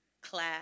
class